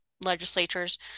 legislatures